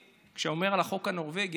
כשאני מדבר על החוק הנורבגי,